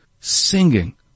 singing